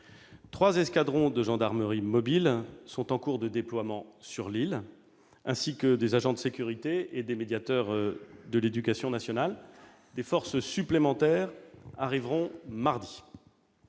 trois escadrons de gendarmerie mobile sont en cours de déploiement sur l'île, ainsi que des agents de sécurité et des médiateurs de l'éducation nationale ; des forces supplémentaires arriveront mardi.